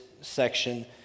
section